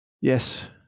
Yes